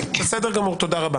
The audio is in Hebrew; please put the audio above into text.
מודה לך